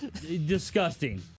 Disgusting